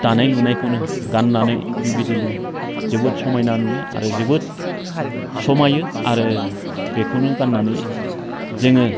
दानाय लुनायखौनो गाननानै बेबायदिनो जोबोद समायना नुयो आरो जोबोद समायो आरो बेखौनो गाननानै जोङो